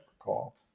recall